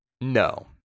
No